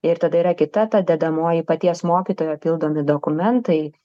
ir tada yra kita ta dedamoji paties mokytojo pildomi dokumentai